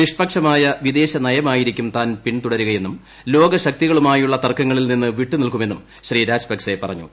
നിഷ്പക്ഷമായ വിദേശ നയമായിരുക്കും താൻ പിന്തുടരുകയെന്നും ലോക ശക്തികളുമായുളള തർക്കങ്ങളിൽ നിന്ന് വിട്ടുനിൽക്കുമെന്നും ശ്രീ രാജപക്സെ പറഞ്ഞു